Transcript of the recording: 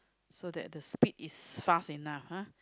so that the speed is fast enough !huh!